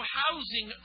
housing